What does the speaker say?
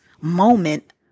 moment